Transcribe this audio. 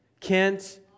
Kent